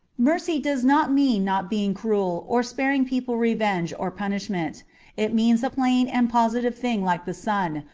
mercy does not mean not being cruel or sparing people revenge or punishment it means a plain and positive thing like the sun,